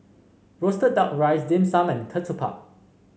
roasted duck rice Dim Sum and ketupat